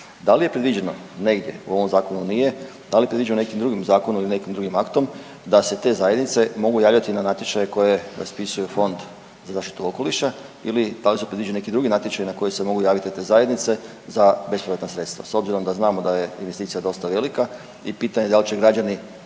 Da li je predviđeno negdje, u ovom zakonu nije da li je predviđeno nekim drugim zakonom ili nekim drugim aktom da se te zajednice mogu javljati na natječaj koje raspisuje Fond za zaštitu okoliša ili da li su predviđeni neki drugi natječaji na koje se mogu javiti te zajednice za bespovratna sredstva s obzirom da znamo da je investicija dosta velika i pitanje da li će građani